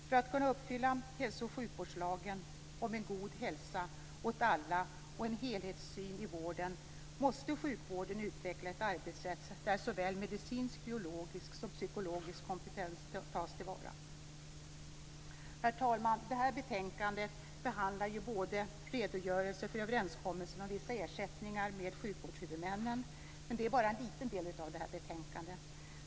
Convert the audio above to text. För att kunna uppfylla hälso och sjukvårdslagen om en god hälsa åt alla och en helhetssyn i vården måste sjukvården utveckla ett arbetssätt som innebär att såväl medicinsk-biologisk som psykologisk kompetens tas till vara. Herr talman! Det här betänkandet behandlar redogörelsen för överenskommelsen om vissa ersättningar till sjukvårdshuvudmännen, men det är bara en liten del av betänkandet.